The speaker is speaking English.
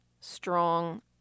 strong